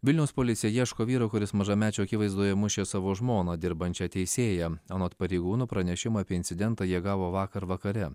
vilniaus policija ieško vyro kuris mažamečių akivaizdoje mušė savo žmoną dirbančią teisėja anot pareigūnų pranešimą apie incidentą jie gavo vakar vakare